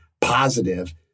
positive